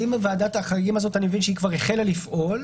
אני מבין שוועדת החריגים הזאת כבר החלה לפעול.